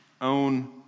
own